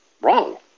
wrong